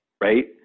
Right